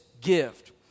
gift